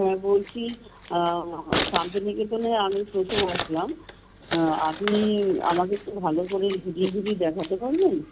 হ্যাঁ বলছি শান্তিনিকেতনে আমি প্রথম আসলাম আপনি আমাকে একটু ভালো করে ঘুরিয়ে ঘুরিয়ে দেখাতে পারবেন